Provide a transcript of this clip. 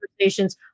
conversations